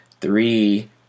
three